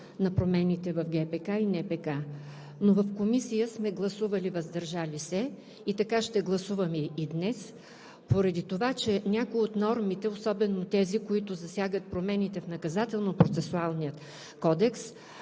за промените в ГПК и НПК, но в Комисията сме гласували „въздържал се“. Така ще гласуваме и днес поради това, че някои от нормите, особено тези, които засягат промените в